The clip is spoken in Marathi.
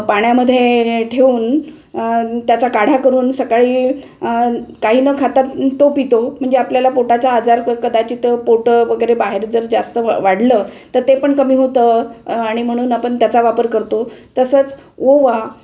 पाण्यामध्ये ठेवून त्याचा काढा करून सकाळी काही न खाता तो पितो म्हणजे आपल्याला पोटाचा आजार कदाचित पोटं वगैरे बाहेर जर जास्त वाढलं तर ते पण कमी होतं आणि म्हणून आपण त्याचा वापर करतो तसंच ओवा